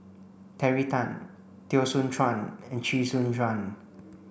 Terry Tan Teo Soon Chuan and Chee Soon Juan